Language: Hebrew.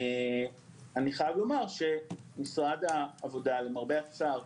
אני חייב לומר שמשרד העבודה, למרבה הצער,